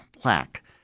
plaque